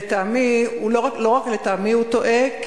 ולא רק לטעמי הוא טועה,